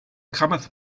cometh